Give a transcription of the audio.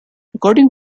according